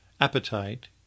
appetite